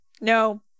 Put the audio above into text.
No